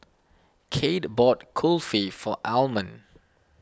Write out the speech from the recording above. Cade bought Kulfi for Almon